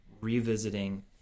revisiting